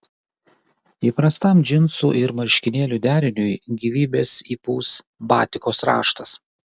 įprastam džinsų ir marškinėlių deriniui gyvybės įpūs batikos raštas